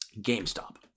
GameStop